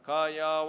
Kaya